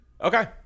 Okay